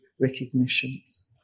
recognitions